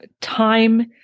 time